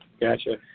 Gotcha